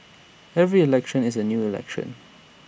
every election is A new election